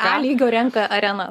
a lygio renka areną